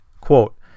Quote